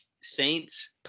Saints